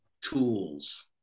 tools